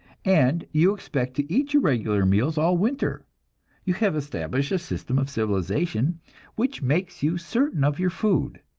and you expect to eat your regular meals all winter you have established a system of civilization which makes you certain of your food,